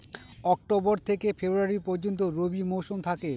October থেকে February পর্যন্ত রবি মৌসুম থাকে